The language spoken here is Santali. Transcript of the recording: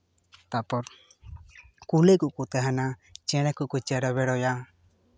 ᱛᱟᱨᱯᱚᱨ ᱠᱩᱞᱟᱹᱭ ᱠᱚᱠᱚ ᱛᱟᱦᱮᱱᱟ ᱪᱮᱬᱮ ᱠᱚᱠᱚ ᱪᱮᱨᱚ ᱵᱮᱨᱚᱭᱟ